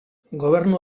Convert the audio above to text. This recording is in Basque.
gobernu